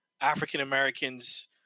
African-Americans